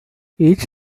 each